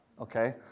okay